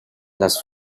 las